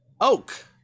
oak